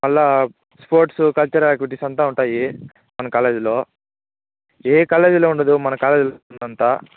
మళ్ళీ sports cultural activities అంతా ఉంటాయి మన కాలేజ్లో ఏ కాలేజ్లో ఉండదు మన కాలేజ్లో ఉన్నంతా